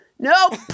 Nope